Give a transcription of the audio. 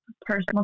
Personal